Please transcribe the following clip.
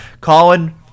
Colin